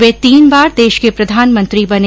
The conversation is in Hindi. वे तीन बार देश के प्रधानमंत्री बने